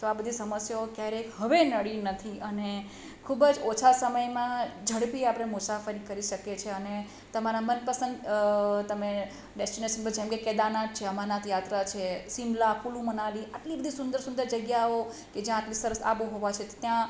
સો આ બધી સમસ્યાઓ ક્યારેય હવે નળી નથી અને ખૂબ જ ઓછા સમયમાં ઝડપી આપળે મુસાફરી કરી શકીએ છીએ અને તમારા મનપસંદ તમે ડેસ્ટિનેશનો જેમ કે કેદારનાથ છે અમરનાથ યાત્રા છે શિમલા કુલુ મનાલી આટલી બધી સુંદર સુંદર જગ્યાઓ કે જ્યાં આટલી સરસ આબોહવા છે ત્યાં